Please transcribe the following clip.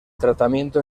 tratamiento